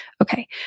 okay